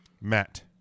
Matt